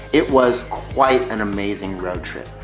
it was quite an amazing road trip.